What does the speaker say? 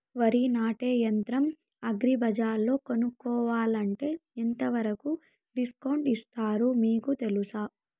వరి నాటే యంత్రం అగ్రి బజార్లో కొనుక్కోవాలంటే ఎంతవరకు డిస్కౌంట్ ఇస్తారు మీకు తెలుసా?